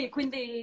Quindi